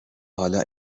حالا